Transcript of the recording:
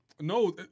No